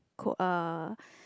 uh